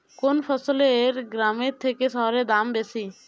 কোন ফসলের গ্রামের থেকে শহরে দাম বেশি?